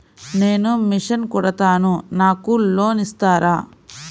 నేను మిషన్ కుడతాను నాకు లోన్ ఇస్తారా?